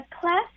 class